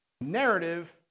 narrative